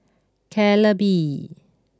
Calbee